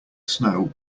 snow